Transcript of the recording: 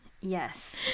yes